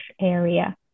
area